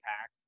pack